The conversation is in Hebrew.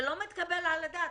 זה לא מתקבל על הדעת.